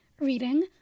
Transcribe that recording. reading